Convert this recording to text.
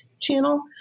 channel